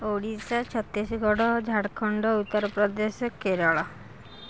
Odisha Chhattisgarh Jharkhand Uttar Pradesh Kerala